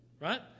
right